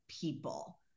people